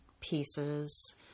pieces